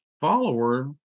follower